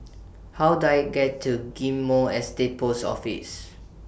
How Do I get to Ghim Moh Estate Post Office